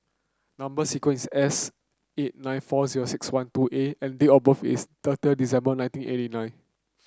number sequence is S eight nine four zero six one two A and date of birth is thirty December nineteen eighty nine